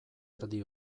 erdi